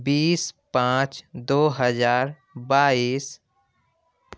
بیس پانچ دو ہزار بائیس